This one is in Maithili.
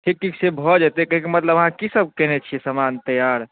ठीक ठीक छै भऽ जेतै कहै कऽ मतलब अहाँ कि सभ कयने छियै समान तैयार